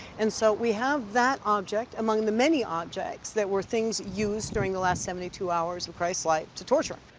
and so, we have that object among the many objects that were things used during the last seventy two hours of christ's life to torture him.